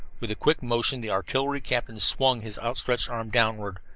with a quick motion the artillery captain swung his outstretched arm downward.